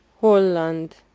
Holland